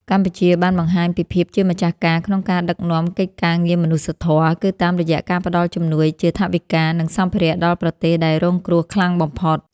កម្ពុជាបានបង្ហាញពីភាពជាម្ចាស់ការក្នុងការដឹកនាំកិច្ចការងារមនុស្សធម៌ គឺតាមរយៈការផ្តល់ជំនួយជាថវិកា និងសម្ភារៈដល់ប្រទេសដែលរងគ្រោះខ្លាំងបំផុត។